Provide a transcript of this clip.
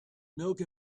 milk